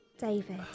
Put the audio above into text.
David